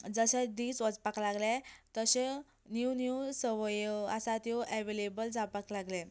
जशें दीस वचपाक लागलें तशें न्यू न्यू संवयो आसा त्यो एवेलेबल जावपाक लागलें